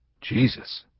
Jesus